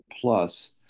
plus